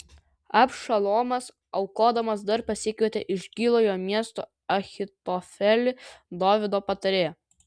abšalomas aukodamas dar pasikvietė iš gilojo miesto ahitofelį dovydo patarėją